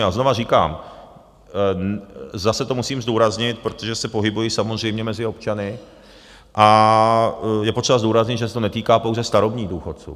A znovu říkám, zase to musím zdůraznit, protože se pohybuji samozřejmě mezi občany, a je potřeba zdůraznit, že se to netýká pouze starobních důchodců.